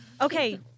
Okay